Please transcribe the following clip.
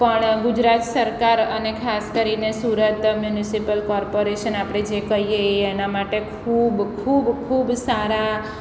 પણ ગુજરાત સરકાર અને ખાસ કરીને સુરત મ્યુનિસીપલ કોર્પોરેસન આપણે જે કહીએ એ એના માટે ખૂબ ખૂબ ખૂબ સારા